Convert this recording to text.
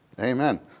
Amen